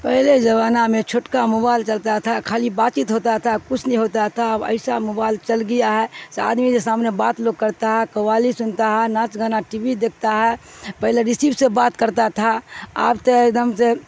پہلے زمانہ میں چھوٹکا موبائل چلتا تھا خالی بات چیت ہوتا تھا کچھ نہیں ہوتا تھا اب ایسا موبائل چل گیا ہے آدمی کے سامنے بات لوگ کرتا ہے قوالی سنتا ہے ناچ گانا ٹی وی دیکھتا ہے پہلے رسیو سے بات کرتا تھا آب تو ایک دم سے